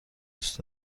دوست